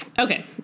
Okay